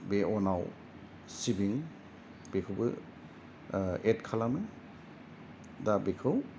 बे अनाव सिबिं बेखौबो एड खालामो दा बेखौ